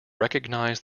recognize